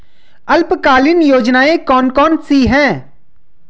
अल्पकालीन योजनाएं कौन कौन सी हैं?